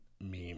meme